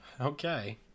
Okay